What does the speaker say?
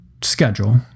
schedule